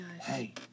hey